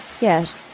Yes